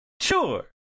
Sure